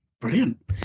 Brilliant